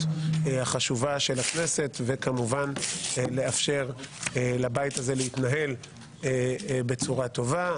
החשובה של הכנסת וכמובן לאפשר לבית הזה להתנהל בצורה טובה.